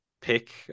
Pick